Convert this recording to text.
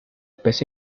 peso